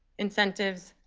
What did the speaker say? incentives,